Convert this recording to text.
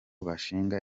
bashinga